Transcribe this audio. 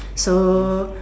so